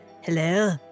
Hello